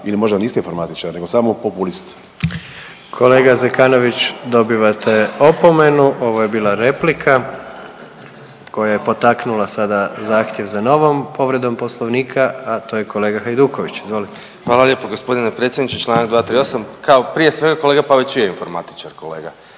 ili možda niste informatičar nego samo populist. **Jandroković, Gordan (HDZ)** Kolega Zekanović dobivate opomenu, ovo je bila replika koja je potaknula sada zahtjev za novom povredom Poslovnika a to je kolega Hajduković, izvolite. **Hajduković, Domagoj (Socijaldemokrati)** Hvala lijepo gospodine predsjedniče članak 238. Kao prije svega kolega Pavić je informatičar kolega,